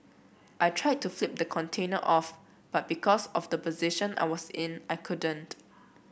I tried to flip the container off but because of the position I was in I couldn't